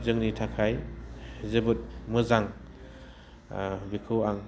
जोंनि थाखाय जोबोद मोजां बेखौ आं